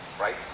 right